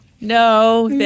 No